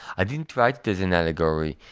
i didn't write it as an allegory,